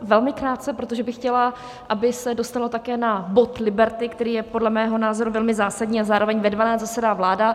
Velmi krátce, protože bych chtěla, aby se dostalo také na bod Liberty, který je podle mého názoru velmi zásadní, a zároveň ve 12 zasedá vláda.